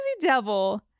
Devil